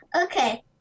okay